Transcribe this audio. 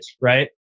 Right